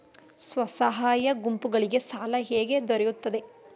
ಸ್ವಸಹಾಯ ಗುಂಪುಗಳಿಗೆ ಸಾಲ ಹೇಗೆ ದೊರೆಯುತ್ತದೆ?